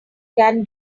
can